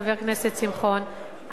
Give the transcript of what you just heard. חבר הכנסת שמחון,